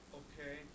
okay